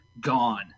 gone